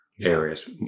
areas